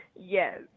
yes